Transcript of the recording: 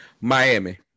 Miami